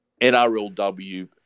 NRLW